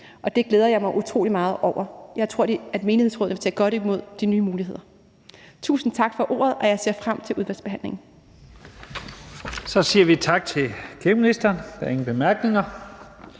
og det glæder jeg mig utrolig meget over. Jeg tror, at menighedsrådene vil tage godt imod de nye muligheder. Tusind tak for ordet, og jeg ser frem til udvalgsbehandlingen. Kl. 14:24 Første næstformand (Leif Lahn Jensen): Så siger